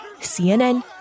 CNN